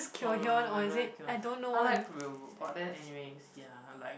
oh no no no I don't like Kyuhyun I liked Ryeowook but then anyways